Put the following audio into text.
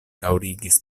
daŭrigis